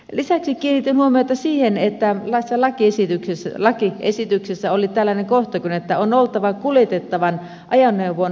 lisäksi kiinnitin huomiota siihen että lakiesityksessä oli tällainen kohta että on oltava kuljetettavan ajoneuvon ajo oikeus